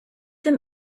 them